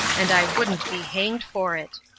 and i wouldn't be hanged for it.